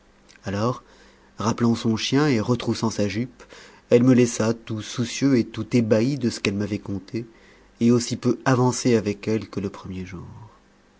alors rappelant son chien et retroussant sa jupe elle me laissa tout soucieux et tout ébahi de ce qu'elle m'avait conté et aussi peu avancé avec elle que le premier jour